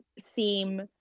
seem